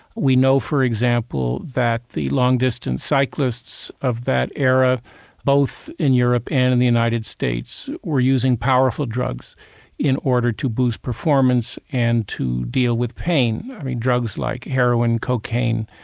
we know for example that the long distance cyclists of that era both in europe and in the united states, were using powerful drugs in order to boost performance and to deal with pain. i mean drugs like heroin, cocaine,